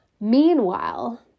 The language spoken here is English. meanwhile